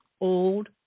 old